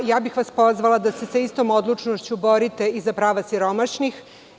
Pozvala bih vas da se sa istom odlučnošću borite i za prava siromašnih.